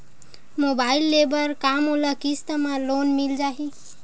Mobile ले बर का मोला किस्त मा लोन मिल जाही?